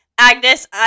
Agnes